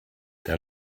der